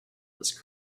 this